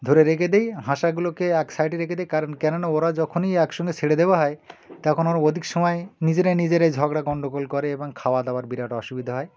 ধরে রেখে দিই হাঁসাগুলোকে এক সাইডে রেখে দিই কারণ কেননা ওরা যখনই একসঙ্গে ছেড়ে দেওয়া হয় তখন ওরা অধিক সময় নিজেরাই নিজেরাই ঝগড়া গণ্ডগোল করে এবং খাওয়া দাওয়ার বিরাট অসুবিধা হয়